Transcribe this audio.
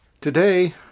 Today